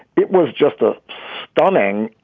it was just a stunning,